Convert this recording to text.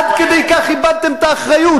עד כדי כך איבדתם את האחריות,